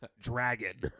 Dragon